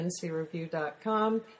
ncreview.com